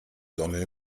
sonne